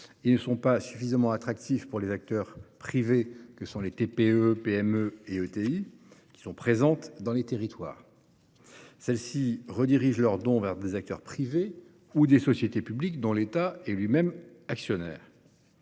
ils ne sont pas suffisamment attractifs pour les acteurs privés que sont les TPE, les PME et les ETI présentes dans les territoires. Ces dernières redirigent donc leurs efforts vers des acteurs privés ou vers des sociétés publiques dont l'État est lui-même actionnaire.